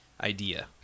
idea